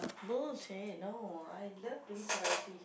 bullshit no I love doing charity